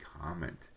comment